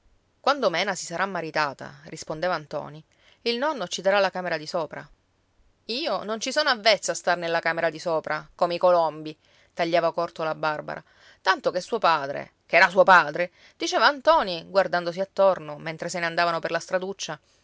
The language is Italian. quando mena si sarà maritata rispondeva ntoni il nonno ci darà la camera di sopra io non ci sono avvezza a star nella camera di sopra come i colombi tagliava corto la barbara tanto che suo padre ch'era suo padre diceva a ntoni guardandosi attorno mentre se ne andavano per la straduccia